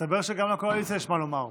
מסתבר שגם לקואליציה יש מה לומר.